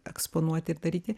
eksponuoti ir daryti